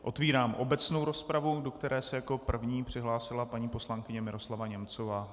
Otvírám obecnou rozpravu, do které se jako první přihlásila paní poslankyně Miroslava Němcová.